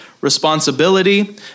responsibility